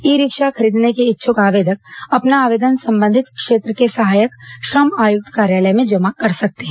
ई rickshaw खरीदने के इच्छक आवेदक अपना आवेदन संबंधित क्षेत्र के सहायक श्रम आयुक्त कार्यालय में जमा कर सकते हैं